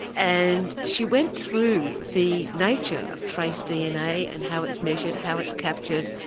and she went through the nature of trace dna and how it's measured, how it's captured,